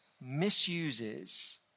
misuses